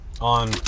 on